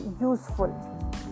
useful